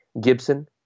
Gibson